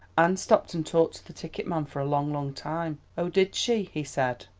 anne stopped and talked to the ticket-man for a long, long time. oh, did she? he said.